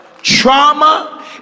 Trauma